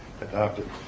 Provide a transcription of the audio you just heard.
adopted